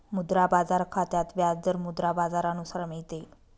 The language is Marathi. मुद्रा बाजार खात्यात व्याज दर मुद्रा बाजारानुसार मिळते